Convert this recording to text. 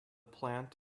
plant